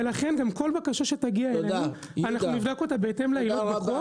לכן גם כל בקשה שתגיע אלינו אנחנו נבדוק אותה בהתאם לעילות בחוק.